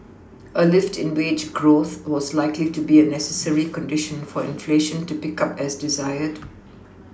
a lift in wage growth was likely to be a necessary condition for inflation to pick up as desired